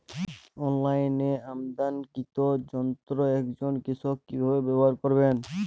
অনলাইনে আমদানীকৃত যন্ত্র একজন কৃষক কিভাবে ব্যবহার করবেন?